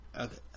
Okay